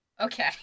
Okay